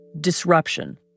disruption